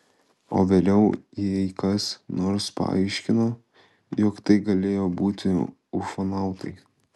o vėliau jai kas nors paaiškino jog tai galėjo būti ufonautai